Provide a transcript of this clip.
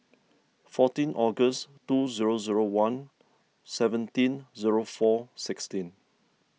fourteen August two zero zero one seventeen four sixteen